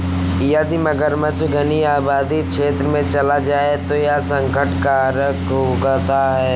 यदि मगरमच्छ घनी आबादी क्षेत्र में चला जाए तो यह संकट कारक होता है